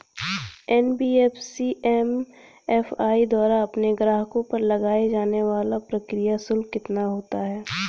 NBFC MFI द्वारा अपने ग्राहकों पर लगाए जाने वाला प्रक्रिया शुल्क कितना होता है?